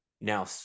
now